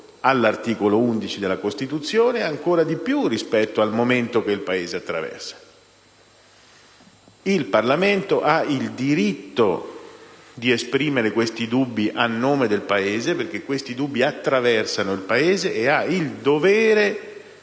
all'articolo 11 della Costituzione, e ancor più rispetto al momento che il Paese attraversa. Il Parlamento ha il diritto di esprimere questi dubbi a nome del Paese, perché questi dubbi attraversano il Paese, e ha il dovere